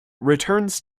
returns